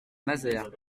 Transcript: mazères